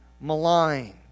maligned